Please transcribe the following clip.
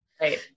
Right